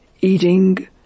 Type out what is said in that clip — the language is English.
eating